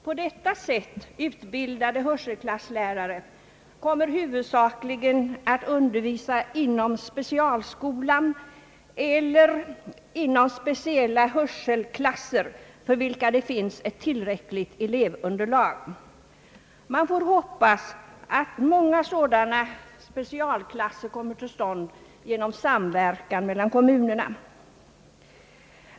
På detta sätt utbildade hörselklasslärare kommer huvudsakligen att undervisa inom specialskolan eller inom speciella hörselklasser, för vilka det finns ett tillräckligt elevunderlag. Man får hoppas att många sådana specialklasser kommer till stånd genom samverkan mellan kommunerna.